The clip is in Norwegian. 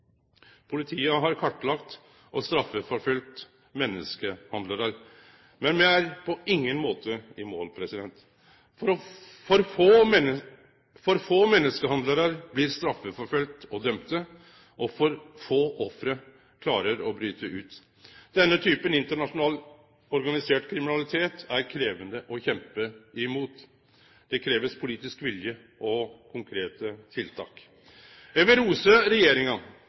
og beskyttelse. Politiet har kartlagt og straffeforfølgt menneskehandlarar. Men me er på ingen måte i mål. For få menneskehandlarar blir straffeforfølgde og dømde, og for få ofre klarer å bryte ut. Denne typen internasjonal organisert kriminalitet er krevjande å kjempe mot. Det krevst politisk vilje og konkrete tiltak. Eg vil rose regjeringa